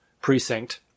precinct